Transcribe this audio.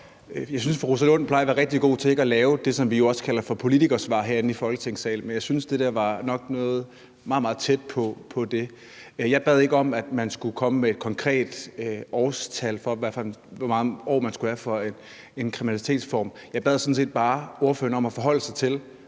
Jeg synes, fru Rosa Lund plejer at være rigtig god til ikke at lave det, som vi jo også kalder for politikersvar herinde i Folketingssalen, men jeg synes, det der var noget, der var meget, meget tæt på. Jeg bad ikke om, at ordføreren skulle komme med et konkret antal, i forhold til hvor mange år man skulle have for at have begået en kriminalitetsform. Jeg bad sådan set bare ordføreren om at forholde sig til